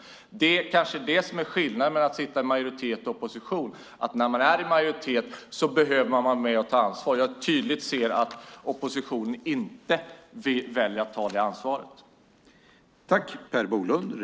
Det kanske är det som är skillnaden mellan att sitta i majoritet och i opposition. När man är i majoritet behöver man vara med och ta ansvar. Jag ser tydligt att oppositionen inte väljer att ta detta ansvar.